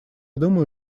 думаю